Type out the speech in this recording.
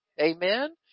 Amen